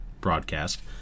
broadcast